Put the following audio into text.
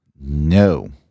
No